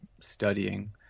studying